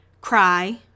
Cry